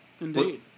Indeed